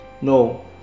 No